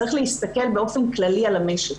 צריך להסתכל באופן כללי על המשק,